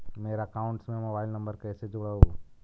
मेरा अकाउंटस में mobile number कैसे जुड़उ?